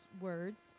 words